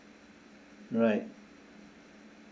right